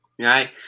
right